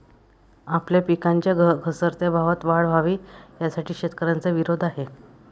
आपल्या पिकांच्या घसरत्या भावात वाढ व्हावी, यासाठी शेतकऱ्यांचा विरोध आहे